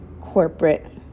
corporate